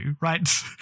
right